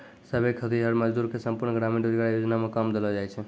सभै खेतीहर मजदूर के संपूर्ण ग्रामीण रोजगार योजना मे काम देलो जाय छै